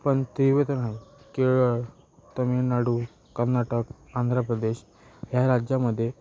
पण तेवद नाही केरळ तमिळनाडू कर्नाटक आंध्र प्रदेश ह्या राज्यामध्ये